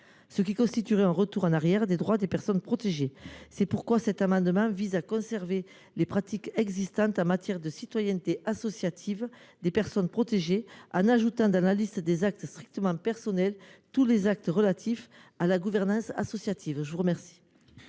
ce qui constituerait un retour en arrière en matière de droits des personnes protégées. C’est pourquoi cet amendement vise à conserver les pratiques existantes en matière de citoyenneté associative des personnes protégées, en ajoutant à la liste des actes strictement personnels tous les actes relatifs à la gouvernance associative. La parole